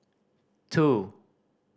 two